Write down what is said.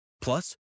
Plus